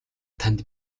танд